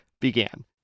began